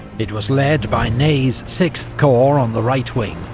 it was led by ney's sixth corps on the right wing,